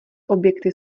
objekty